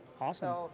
awesome